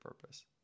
purpose